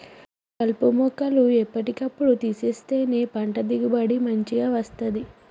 కలుపు మొక్కలు ఎప్పటి కప్పుడు తీసేస్తేనే పంట దిగుబడి మంచిగ వస్తది